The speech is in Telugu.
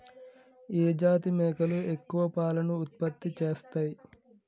ఏ జాతి మేకలు ఎక్కువ పాలను ఉత్పత్తి చేస్తయ్?